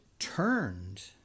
turned